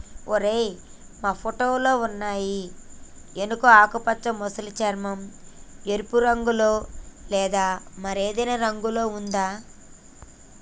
ఓరై మా ఫోటోలో ఉన్నయి ఎనుక ఆకుపచ్చ మసలి చర్మం, ఎరుపు రంగులో లేదా మరేదైనా రంగులో ఉందా